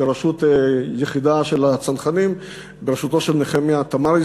בראשות יחידה של הצנחנים בראשותו של נחמיה תמרי,